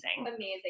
amazing